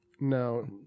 No